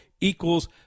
equals